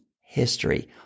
history